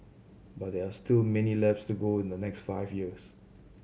but there are still many laps to go in the next five years